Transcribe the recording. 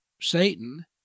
Satan